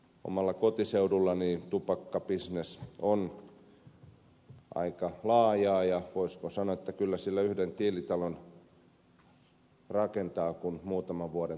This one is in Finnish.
omalla kotiseudullani tupakkabisnes on aika laajaa ja voisiko sanoa kyllä sillä yhden tiilitalon rakentaa kun muutaman vuoden tupakkakauppaa harrastaa